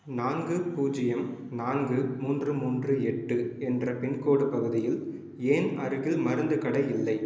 நான்கு பூஜ்ஜியம் நான்கு மூன்று மூன்று எட்டு என்ற பின்கோடு பகுதியில் ஏன் அருகில் மருந்துக் கடை இல்லை